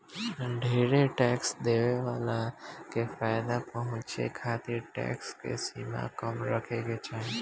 ढेरे टैक्स देवे वाला के फायदा पहुचावे खातिर टैक्स के सीमा कम रखे के चाहीं